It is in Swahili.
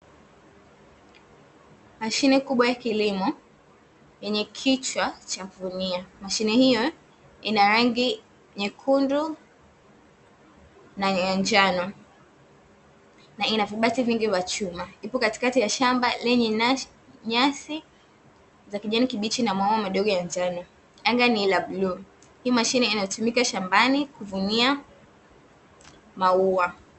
Mashine kubwa ya kilimo yenye kichwa cha kuvunia, mashine hiyo ina rangi nyekundu na ya njano na ina vibati vingi vya chuma, ipo katikati ya shamba lenye nyasi za kijani kibichi na maua madogo ya njano, anga ni la bluu. Hii mashine inatumika shambani kuvunia maua.